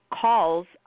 calls